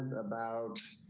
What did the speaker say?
about